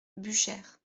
buchères